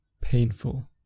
painful